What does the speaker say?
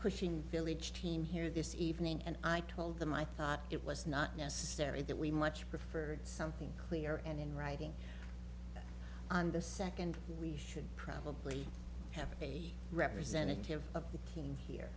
pushing village team here this evening and i told them i thought it was not necessary that we much preferred something clear and in writing on the second we should probably have a representative of the team here